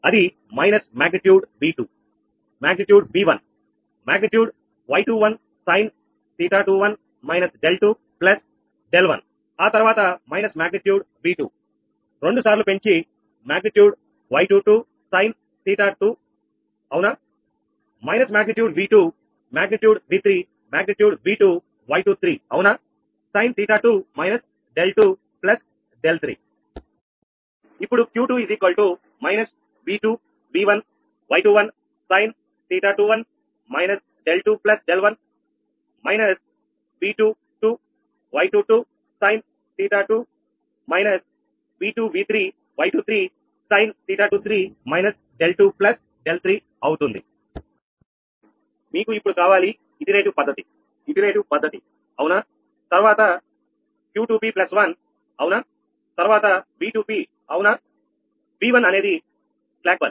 అది మైనస్ మాగ్నిట్యూడ్V2మాగ్నిట్యూడ్V1మాగ్నిట్యూడ్ Y21sin𝜃21−𝛿2𝛿1 ఆ తర్వాత మైనస్ మాగ్నిట్యూడ్ V2 రెండు సార్లు పెంచి మాగ్నిట్యూడ్ Y22sin𝜃2 అవునా మైనస్ మాగ్నిట్యూడ్V2 మాగ్నిట్యూడ్V3 మాగ్నిట్యూడ్V2 Y23 అవునా sin𝜃2−𝛿2𝛿3 𝑄2−|𝑉2||𝑉1||𝑌21|sin𝜃21−𝛿2𝛿1−|𝑉2|2|𝑌22|sin𝜃22−|𝑉2||𝑉3||𝑌23|sin𝜃23−𝛿2𝛿3 మీకు ఇప్పుడు కావాలి ఇటరేటివ్ పద్ధతి ఇటరేటివ్ పద్ధతి అవునా తర్వాత 𝑄2𝑝1 అవునా తర్వాత 𝑉2𝑝 అవునాV1 అనేది బస్